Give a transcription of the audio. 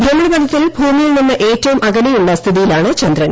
ഭ്രമണപഥത്തിൽ ഭൂമിയിൽ നിന്ന് ഏറ്റവും അകലെയുള്ള സ്മീതിയിലാണ് ചന്ദ്രൻ